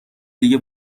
دیگه